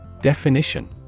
Definition